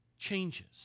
changes